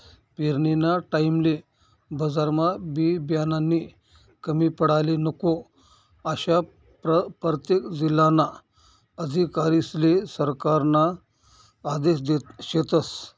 पेरनीना टाईमले बजारमा बी बियानानी कमी पडाले नको, आशा परतेक जिल्हाना अधिकारीस्ले सरकारना आदेश शेतस